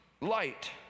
light